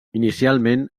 inicialment